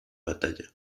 batalla